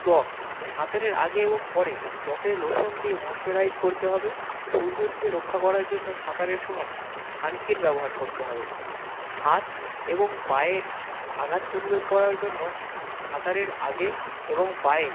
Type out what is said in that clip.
ত্বক সাঁতারের আগে এবং পরে ত্বকের লোশন দিয়ে ময়েসচারাইজ করতে হবে সূর্য থেকে রক্ষা করার জন্য সাঁতারের সময় সানস্ক্রিন ব্যবহার করতে হবে হাত এবং পায়ের আঘাত প্রতিরোধ করার জন্য সাঁতারের আগে এবং পায়ে